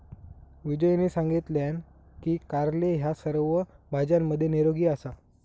विजयने सांगितलान की कारले ह्या सर्व भाज्यांमध्ये निरोगी आहे